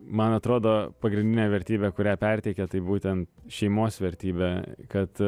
man atrodo pagrindinė vertybė kurią perteikė tai būtent šeimos vertybė kad